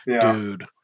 Dude